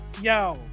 yo